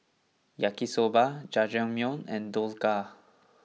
Yaki Soba Jajangmyeon and Dhokla